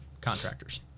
contractors